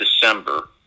December